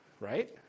right